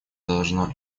должно